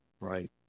Right